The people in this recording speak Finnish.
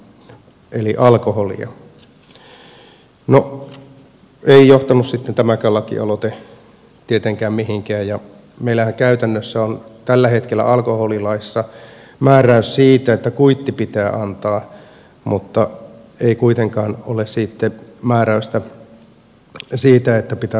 no ei johtanut sitten tämäkään lakialoite tietenkään mihinkään ja meillähän käytännössä on tällä hetkellä alkoholilaissa määräys siitä että kuitti pitää antaa mutta ei kuitenkaan ole sitten määräystä siitä että pitäisi olla kassakone